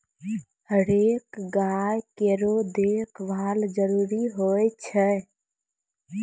हरेक गाय केरो देखभाल जरूरी होय छै